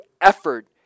effort